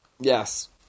yes